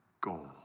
goal